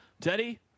Teddy